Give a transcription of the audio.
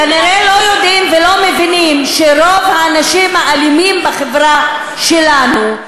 כנראה לא יודעים ולא מבינים שרוב האנשים האלימים בחברה שלנו,